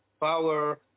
power